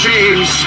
James